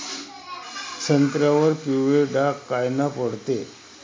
संत्र्यावर पिवळे डाग कायनं पडते?